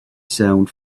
sound